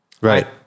right